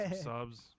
subs